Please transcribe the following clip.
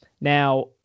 Now